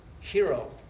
hero